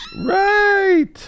right